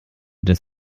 des